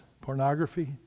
Pornography